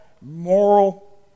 moral